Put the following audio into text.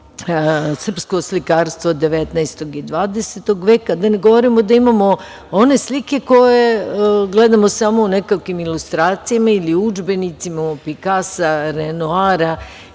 srpsko slikarstvo 19. i 20. veka, a da ne govorim da imamo one slike koje gledamo samo u nekakvim ilustracijama ili udžbenicima Pikasa, Renoara,